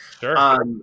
Sure